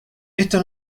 esto